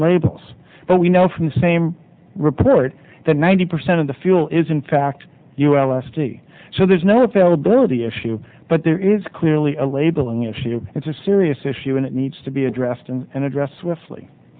labels but we know from the same report that ninety percent of the fuel is in fact you l s d so there's no availability issue but there is clearly a labeling issue it's a serious issue and it needs to be addressed and addressed swiftly